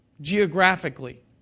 geographically